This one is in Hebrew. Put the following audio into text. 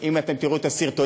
אם אתם תראו את הסרטונים,